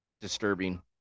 Disturbing